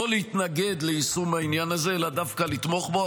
לא להתנגד ליישום העניין הזה אלא דווקא לתמוך בו,